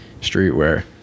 streetwear